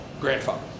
Grandfather